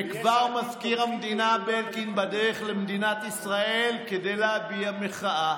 וכבר מזכיר המדינה בלינקן בדרך למדינת ישראל כדי להביע מחאה,